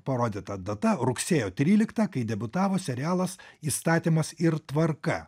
parodyta data rugsėjo tryliktą kai debiutavo serialas įstatymas ir tvarka